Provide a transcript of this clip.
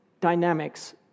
dynamics